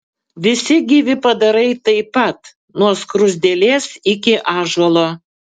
visi gyvi padarai taip pat nuo skruzdėlės iki ąžuolo